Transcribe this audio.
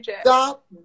stop